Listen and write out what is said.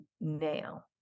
now